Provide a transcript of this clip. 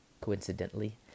coincidentally